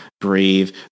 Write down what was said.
breathe